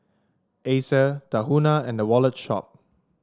Acer Tahuna and The Wallet Shop